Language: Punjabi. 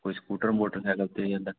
ਕੋਈ ਸਕੂਟਰ ਮੋਟਰਸਾਈਕਲ 'ਤੇ ਜਾਂਦਾ